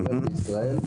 כולל בישראל,